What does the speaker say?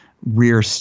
rear